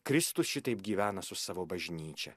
kristus šitaip gyvena su savo bažnyčia